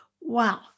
Wow